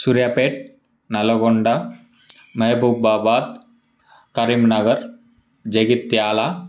Suryapet Nalgonda Mahabubabad Karimnagar Jagtial